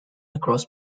across